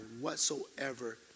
whatsoever